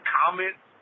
comments